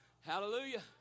Hallelujah